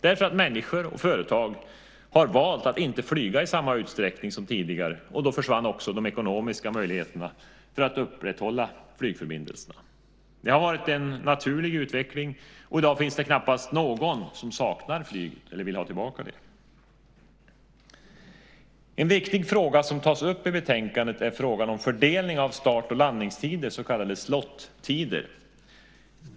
Och eftersom människor och företag valt att inte flyga i samma utsträckning som tidigare har de ekonomiska möjligheterna att upprätthålla flygförbindelserna försvunnit. Det har varit en naturlig utveckling, och i dag finns det knappast någon som saknar flyget eller vill ha det tillbaka. En viktig fråga som tas upp i betänkandet är den om fördelning av start och landningstider, så kallade slot tider.